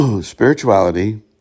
Spirituality